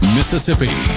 Mississippi